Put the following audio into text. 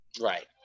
Right